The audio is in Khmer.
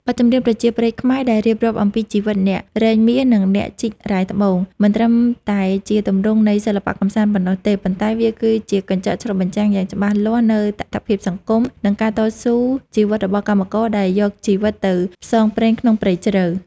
បទចម្រៀងប្រជាប្រិយខ្មែរដែលរៀបរាប់អំពីជីវិតអ្នករែងមាស និងអ្នកជីករ៉ែត្បូង មិនត្រឹមតែជាទម្រង់នៃសិល្បៈកម្សាន្តប៉ុណ្ណោះទេ ប៉ុន្តែវាគឺជាកញ្ចក់ឆ្លុះបញ្ចាំងយ៉ាងច្បាស់លាស់នូវតថភាពសង្គម និងការតស៊ូជីវិតរបស់កម្មករដែលយកជីវិតទៅផ្សងព្រេងក្នុងព្រៃជ្រៅ។